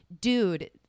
dude